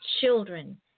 children